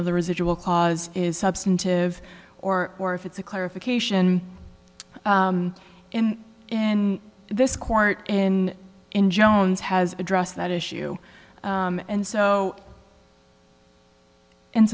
of the residual clause is substantive or or if it's a clarification in this court in in jones has addressed that issue and so and